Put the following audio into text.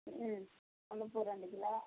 ம் முல்லைப்பூ ரெண்டு கிலோ